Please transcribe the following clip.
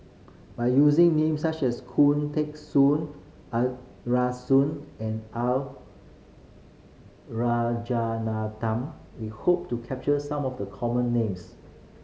by using names such as Khoo Teng Soon Arasu and R Rajaratnam we hope to capture some of the common names